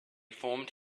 formed